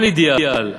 כל אידיאל,